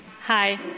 Hi